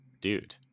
Dude